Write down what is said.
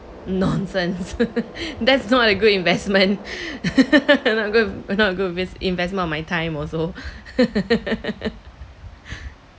nonsense that's not a good investment not good not good this investment of my time also